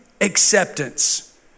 acceptance